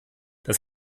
das